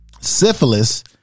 Syphilis